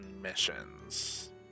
missions